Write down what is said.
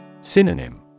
Synonym